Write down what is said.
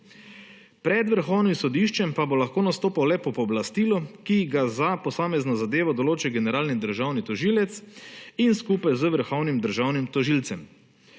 Pred Vrhovnim sodiščem pa bo lahko nastopal le po pooblastilu, ki ga za posamezno zadeve določi generalni državni tožilcev in skupaj z vrhovnim državnim tožilcem.